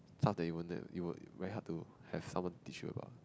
stuff that you won't let you would very hard to have someone teach you about